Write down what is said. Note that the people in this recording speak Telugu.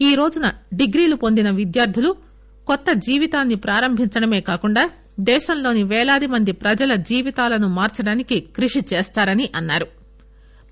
ఈ రోజున డిగ్రీలు పొందిన విద్యార్దులు కొత్త జీవితాన్ని ప్రారంభించడమే కాకుండా దేశంలోని పేలాది మంది ప్రజల జీవితాలను మార్చడానికి కృషి చేస్తారని అన్నారు